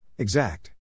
Exact